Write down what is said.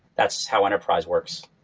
that's how enterprise works.